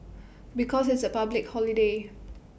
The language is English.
because it's A public holiday